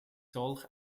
solch